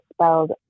spelled